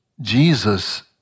Jesus